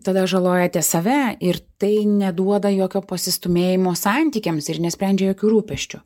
tada žalojate save ir tai neduoda jokio pasistūmėjimo santykiams ir nesprendžia jokių rūpesčių